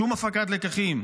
שום הפקת לקחים.